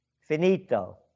Finito